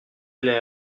aller